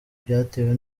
byatewe